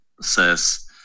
says